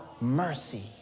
mercy